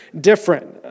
different